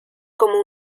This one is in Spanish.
como